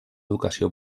educació